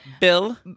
Bill